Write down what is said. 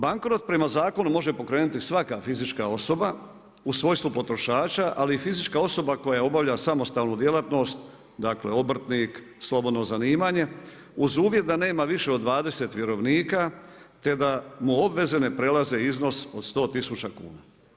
Bankrot prema zakonu može pokrenuti svaka fizička osoba u svojstvu potrošača, ali i fizička osoba koja obavlja samostalnu djelatnost dakle, obrtnik, slobodno zanimanje, uz uvjet da nema više od 20 vjerovnika, te da mu obveze ne prelaze iznos od 100000 kn.